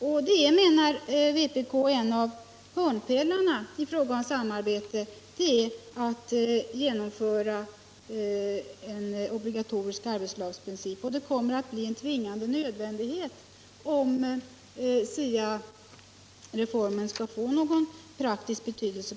Vpk menar att en av hörnpelarna i fråga om samarbete är att genomföra en obligatorisk arbetslagsprincip, och det kommer att bli en tvingande nödvändighet om SIA-reformen skall få någon praktisk betydelse.